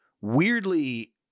weirdly